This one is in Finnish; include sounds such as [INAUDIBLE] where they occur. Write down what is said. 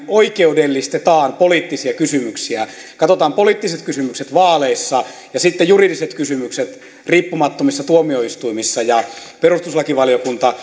oikeudellistetaan poliittisia kysymyksiä katsotaan poliittiset kysymykset vaaleissa ja sitten juridiset kysymykset riippumattomissa tuomioistuimissa ja perustuslakivaliokunta [UNINTELLIGIBLE]